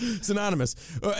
Synonymous